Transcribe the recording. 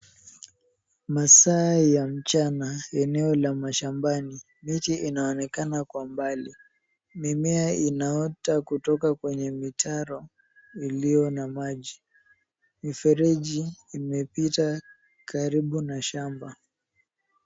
Masaa ya mchana, eneo la mashambani. Miti inaonekana kwa mbali, mimea inaota kutoka kwenye mitaro iliyo na maji. Mifereji imepita karibu na shamba.